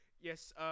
Yes